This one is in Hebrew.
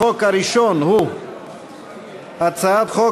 החוק הראשון הוא הצעת חוק